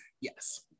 Yes